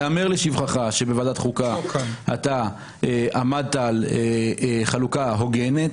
ייאמר לשבחך שבוועדת החוקה עמדת על חלוקה הוגנת.